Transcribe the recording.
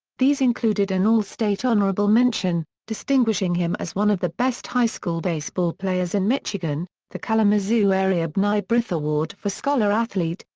these included an all-state honorable mention, distinguishing him as one of the best high school baseball players in michigan, the kalamazoo area b'nai b'rith award for scholar athlete,